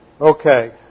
Okay